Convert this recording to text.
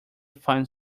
find